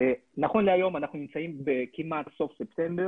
נכון להיום אנחנו נמצאים בכמעט סוף ספטמבר,